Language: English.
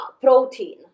protein